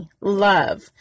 love